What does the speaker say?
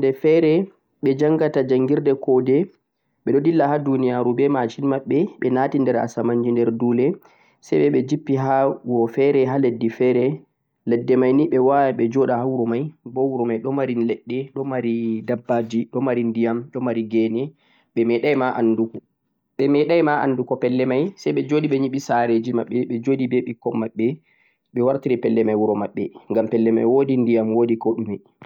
woodi ƴannde feere ɓe janngata janngirdee ko'de beɗo dilla ha duuniyaaru be machine maɓɓe, ɓe naati der asamanjee der du'le say ɓe jippi ha wuro feere ha laddi feere, ladde may ni ɓe waaway ɓe jaɗa ha wuro may, bo wuro may boo ɗo mari ladde, ɗo mari dabbaaji, ndiyam, ɗo mari ge'ne, ɓe meeɗay ma anndugo ma pelle may, say ɓe joɗi ɓe yiɓi saare ji maɓɓe, me joɗi be ɓikkoy maɓɓe, ɓe wartiri pelle may wuro maɓɓe, ngam pelle may woodi ndiyam, woodi ko ɗume.